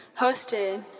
hosted